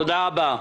תודה רבה.